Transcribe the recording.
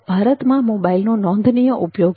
ભારતમાં મોબાઇલ નોંધનીય ઉપયોગ છે